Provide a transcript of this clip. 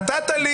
לא הבנתי.